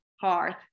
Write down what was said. heart